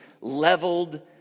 leveled